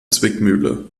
zwickmühle